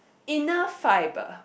enough fibre